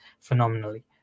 phenomenally